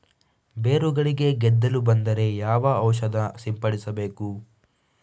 ಬೇರುಗಳಿಗೆ ಗೆದ್ದಲು ಬಂದರೆ ಯಾವ ಔಷಧ ಸಿಂಪಡಿಸಬೇಕು?